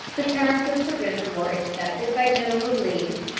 the terms of surrender were accepted by general lee,